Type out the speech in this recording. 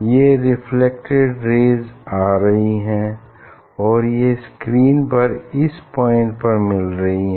ये reflected rays आ रही हैं और ये स्क्रीन पर इस पॉइंट पर मिल रही हैं